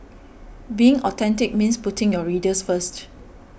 being authentic means putting your readers first